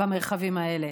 במרחבים האלה.